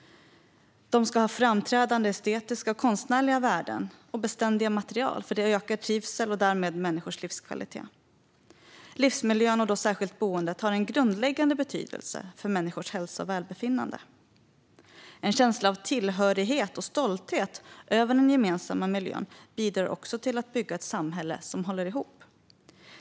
Dessa ska ha framträdande estetiska och konstnärliga värden och beständiga material, för det ökar trivsel och därmed människors livskvalitet. Livsmiljön, och då särskilt boendet, har en grundläggande betydelse för människors hälsa och välbefinnande. En känsla av tillhörighet och stolthet över den gemensamma miljön bidrar också till att bygga ett samhälle som håller ihop.